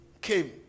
came